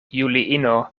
juliino